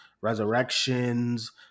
Resurrections